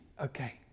okay